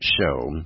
show